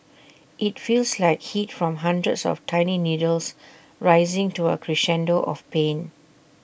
IT feels like heat from hundreds of tiny needles rising to A crescendo of pain